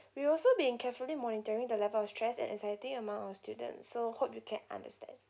we also being carefully monitoring the level of stress and anxiety among our students so hope you can understand